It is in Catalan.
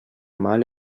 mal